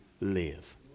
live